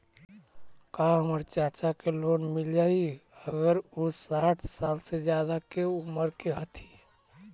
का हमर चाचा के लोन मिल जाई अगर उ साठ साल से ज्यादा के उमर के हथी?